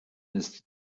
ist